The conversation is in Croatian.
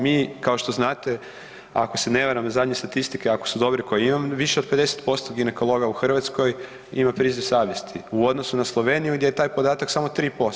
Mi kao što znate ako se ne varam zadnje statistike ako su dobri koje imam, više od 50% ginekologa u Hrvatskoj ima priziv savjesti u odnosu na Sloveniju gdje je taj podatak samo 3%